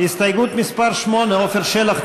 הסתייגות מס' 8, עפר שלח,